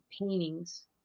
paintings